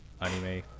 anime